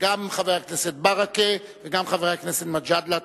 וגם חבר הכנסת ברכה וחבר הכנסת מג'אדלה.